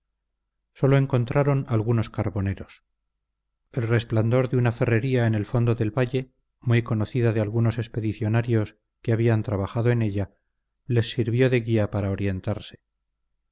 sólo encontraron algunos carboneros el resplandor de una ferrería en el fondo del valle muy conocida de algunos expedicionarios que habían trabajado en ella les sirvió de guía para orientarse